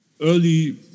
early